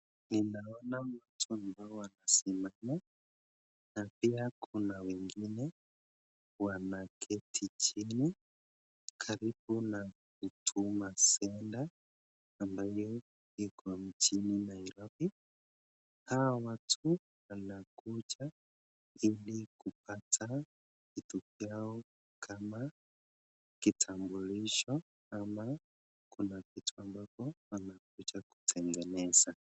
ninaona watu ambao wanasimama na pia kuna wengine wanaketi chini karibu na Huduma Center ambayo iko mjini Nairobi. Hawa watu wanakuja ili kupata vitu vyao kama kitambulisho ama kuna kitu ambacho wanakuja kutengeneza.